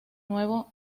nuevo